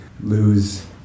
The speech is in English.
lose